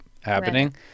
happening